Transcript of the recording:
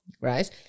Right